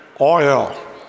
oil